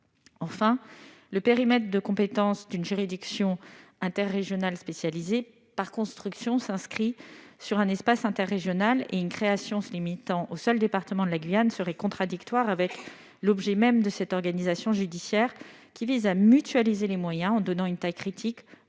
Enfin, le périmètre de compétence d'une juridiction interrégionale spécialisée s'inscrit, par construction, sur un espace interrégional. Une création se limitant au seul département de la Guyane serait donc contradictoire avec l'objet même de cette organisation judiciaire, qui vise à mutualiser les moyens en donnant une taille critique au ressort